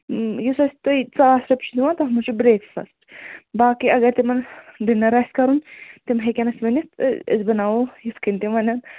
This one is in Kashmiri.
یُس أسۍ تۄہہ ساس رۄپیہِ چھِ نِوان تَتھ منٛز چھُ برٛٮ۪کفَسٹہٕ باقی اَگر تِمَن ڈِنَر آسہِ کَرُن تِم ہیٚکن اَسہِ ؤنِتھ تہٕ أسۍ بَناوو یِتھ کٔنۍ تِم وَنن